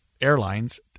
Airlines